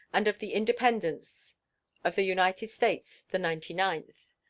and of the independence of the united states the ninety-ninth.